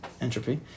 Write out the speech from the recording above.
entropy